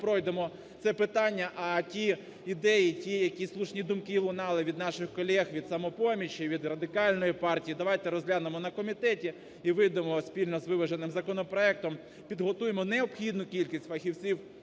пройдемо це питання, а ті ідеї, ті, які слушні думки лунали від наших колег від "Самопомочі" і від Радикальної партії, давайте розглянемо на комітеті і вийдемо спільно з виваженим законопроектом, підготуємо необхідну кількість фахівців